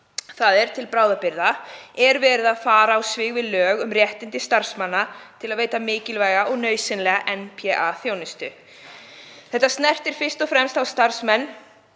Til bráðabirgða er verið að fara á svig við lög um réttindi starfsmanna til að veita mikilvæga og nauðsynlega NPA-þjónustu. Þetta snertir fyrst og fremst þá starfsmenn